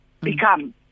Become